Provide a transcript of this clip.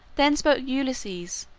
then spoke ulysses,